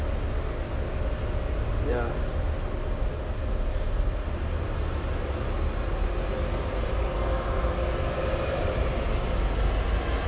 ya